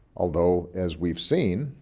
although as we've seen,